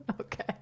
Okay